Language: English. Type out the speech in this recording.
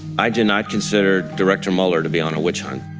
i do not consider director mueller to be on a witch hunt.